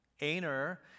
Aner